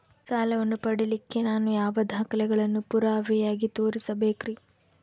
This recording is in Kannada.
ಸಾಲವನ್ನು ಪಡಿಲಿಕ್ಕೆ ನಾನು ಯಾವ ದಾಖಲೆಗಳನ್ನು ಪುರಾವೆಯಾಗಿ ತೋರಿಸಬೇಕ್ರಿ?